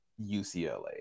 UCLA